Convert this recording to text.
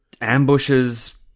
ambushes